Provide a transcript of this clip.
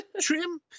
Trim